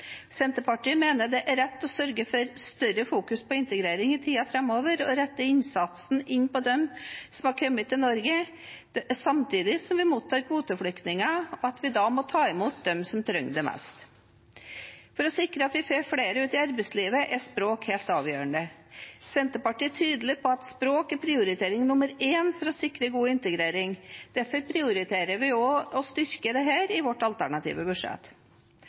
Senterpartiet mener det er rett å sørge for i større grad å fokusere på integrering i tiden framover og rette innsatsen inn mot dem som har kommet til Norge, samtidig som vi mottar kvoteflyktninger for å ta imot dem som trenger det mest. For å sikre at vi får flere ut i arbeidslivet, er språk helt avgjørende. Senterpartiet er tydelig på at språk er prioritering nummer én for å sikre god integrering. Derfor prioriterer vi i vårt alternative budsjett også å styrke